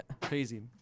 Crazy